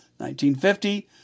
1950